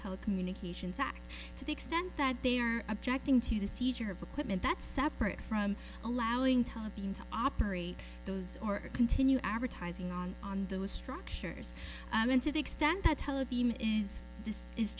telecommunications act to the extent that they are objecting to the seizure of equipment that's separate from allowing tabi in to operate those or continue advertising on on those structures i mean to the extent that television is this is